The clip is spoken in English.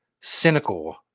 cynical